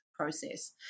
process